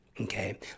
Okay